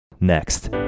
Next